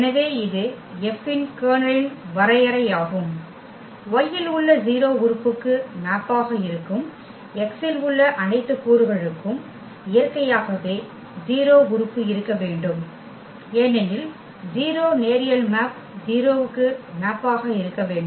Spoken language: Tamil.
எனவே இது F இன் கர்னலின் வரையறை ஆகும் Y இல் உள்ள 0 உறுப்புக்கு மேப்பாக இருக்கும் X இல் உள்ள அனைத்து கூறுகளுக்கும் இயற்கையாகவே 0 உறுப்பு இருக்க வேண்டும் ஏனெனில் 0 நேரியல் மேப் 0 க்கு மேப்பாக இருக்க வேண்டும்